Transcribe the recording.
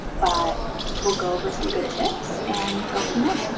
but we'll go over some good tips and go from there.